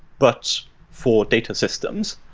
but for data systems.